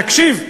תקשיב.